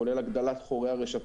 כולל הגדלת חורי הרשתות,